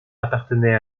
appartenait